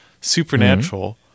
Supernatural